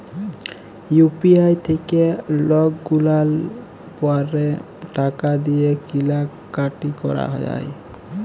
UPI থ্যাইকে লকগুলাল পারে টাকা দিঁয়ে কিলা কাটি ক্যরা যায়